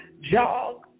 jog